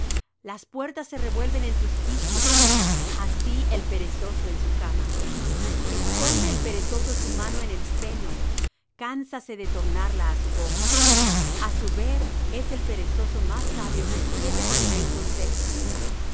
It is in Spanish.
las puertas se revuelven en sus quicios así el perezoso en su cama esconde el perezoso su mano en el seno cánsase de tornarla á su boca a su ver es el perezoso más sabio que siete que le den consejo